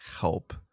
help